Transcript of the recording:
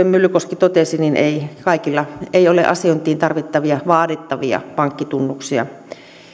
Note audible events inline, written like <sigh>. <unintelligible> myllykoski totesi kaikilla ei ole asiointiin vaadittavia pankkitunnuksia